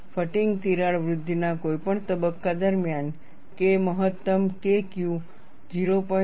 fatigue તિરાડ વૃદ્ધિના કોઈપણ તબક્કા દરમિયાન K મહત્તમ KQ 0